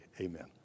amen